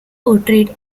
portrayed